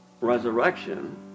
resurrection